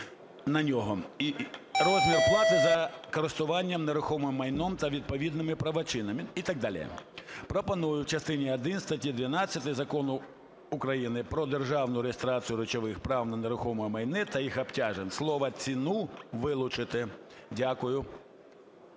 на нього. Розмір плати за користування нерухомим майном та відповідними правочинами і так далі. Пропоную: "В частині 1 статті 12 Закону України "Про державну реєстрацію речових прав на нерухоме майно та їх обтяжень" слово "ціну" вилучити. Дякую.